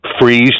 freeze